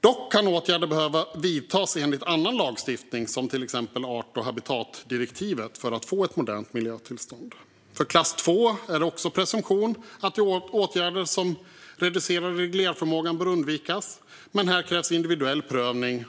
Dock kan åtgärder behöva vidtas enligt annan lagstiftning, till exempel art och habitatdirektivet, för att få ett modernt miljötillstånd. För kraftverk i klass 2 är presumtionen också att åtgärder som reducerar reglerförmågan bör undvikas, men här krävs individuell prövning